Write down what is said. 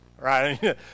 right